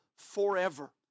forever